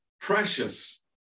precious